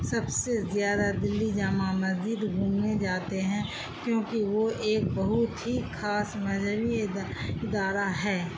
سب سے زیادہ دلّی جامع مسجد گھومنے جاتے ہیں کیونکہ وہ ایک بہت ہی خاص مذہبی ادارہ ہے